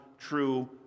true